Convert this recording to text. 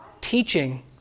teaching